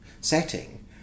setting